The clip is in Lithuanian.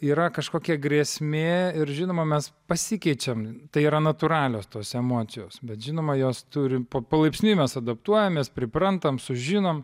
yra kažkokia grėsmė ir žinoma mes pasikeičiam tai yra natūralios tos emocijos bet žinoma jos turi po palaipsniui mes adaptuojamės priprantam sužinom